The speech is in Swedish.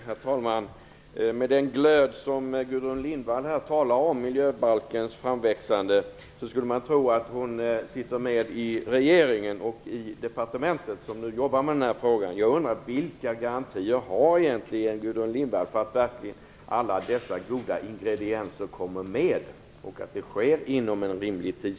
Herr talman! Med den glöd som Gudrun Lindvall här talar om miljöbalkens framväxande skulle man kunna tro att hon sitter med i regeringen och i departementet som nu jobbar med den här frågan. Jag undrar vilka garantier Gudrun Lindvall egentligen har för att alla dessa goda ingredienser verkligen kommer med och för att det sker inom rimlig tid.